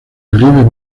relieves